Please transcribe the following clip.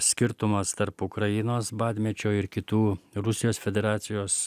skirtumas tarp ukrainos badmečio ir kitų rusijos federacijos